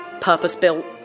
purpose-built